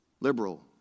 liberal